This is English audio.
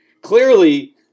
Clearly